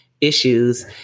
issues